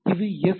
இது எஸ்